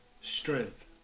strength